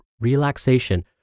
relaxation